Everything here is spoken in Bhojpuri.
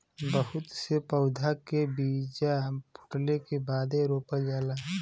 बहुत से पउधा के बीजा फूटले के बादे रोपल जाला